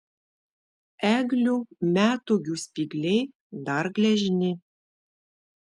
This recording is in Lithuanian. eglių metūgių spygliai dar gležni